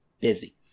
Busy